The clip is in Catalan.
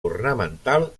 ornamental